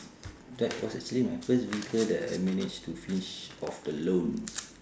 that was actually my first vehicle that I managed to finish off the loan